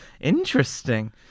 interesting